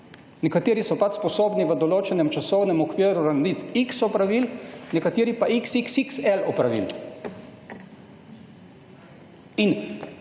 Nekateri so pač sposobni v določenem časovnem okvirju narediti x opravil, nekateri pa xxxl opravil. In